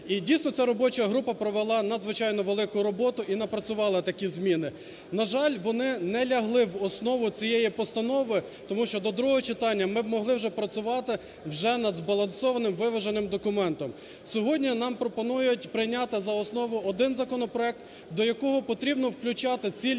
І дійсно ця робоча група провела надзвичайно велику роботу і напрацювала такі зміни. На жаль, вони не лягли в основу цієї постанови, тому що до другого читання ми могли б вже працювати вже над збалансованим, виваженим документом. Сьогодні нам пропонують прийняти за основу один законопроект, до якого потрібно включати цілі